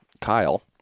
Kyle